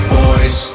boys